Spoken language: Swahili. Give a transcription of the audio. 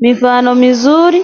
Mifano mzuri